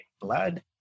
blood